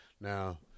Now